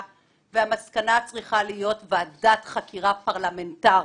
והמסקנה צריכה להיות ועדת חקירה פרלמנטרית.